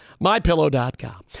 MyPillow.com